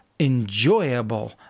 Enjoyable